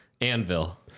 anvil